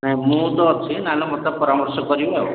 ନାହିଁ ମୁଁ ତ ଅଛି ନହେଲେ ମତେ ପରାମର୍ଶ କରିବି ଆଉ